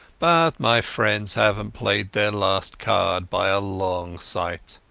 but my friends havenat played their last card by a long sight.